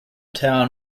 town